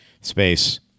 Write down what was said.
space